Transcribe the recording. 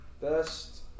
Best